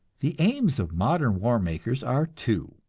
the aims of modern war-makers are two.